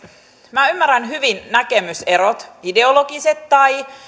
minä ymmärrän hyvin näkemyserot ideologiset tai